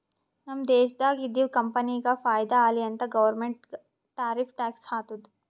ನಮ್ ದೇಶ್ದಾಗ್ ಇದ್ದಿವ್ ಕಂಪನಿಗ ಫೈದಾ ಆಲಿ ಅಂತ್ ಗೌರ್ಮೆಂಟ್ ಟಾರಿಫ್ ಟ್ಯಾಕ್ಸ್ ಹಾಕ್ತುದ್